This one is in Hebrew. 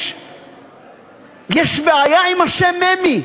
יש בעיה עם השם ממ"י.